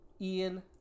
Ian